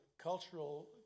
cultural